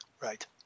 Right